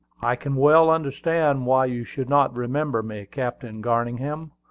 i can well understand why you should not remember me, captain garningham,